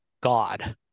God